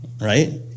Right